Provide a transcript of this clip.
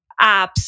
apps